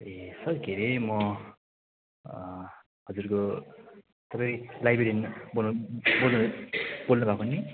ए sir के रे म हजुरको तपाईँ लाइब्रेरियन बोल बोल्नु भएको नि